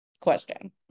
question